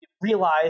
realize